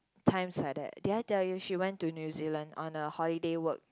times like that did I tell you she went to New-Zealand on a holiday work